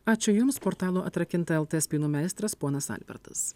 ačiū jums portalo atrakinta lt spynų meistras ponas albertas